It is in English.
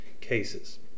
cases